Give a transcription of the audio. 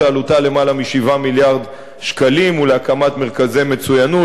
שעלותה למעלה מ-7 מיליארד שקלים ולהקמת מרכזי מצוינות,